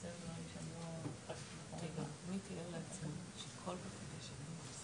שבוצעו ובשים לב שזו קבוצה מצומצמת ואין את